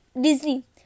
Disney